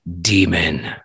demon